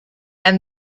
and